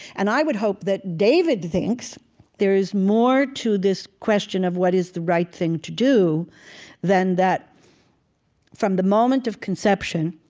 and i would hope that david thinks there is more to this question of what is the right thing to do than that from the moment of conception,